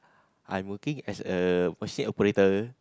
I'm working as a machine operator